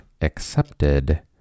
accepted